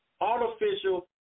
Artificial